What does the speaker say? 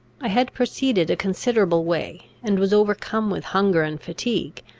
i had proceeded a considerable way, and was overcome with hunger and fatigue,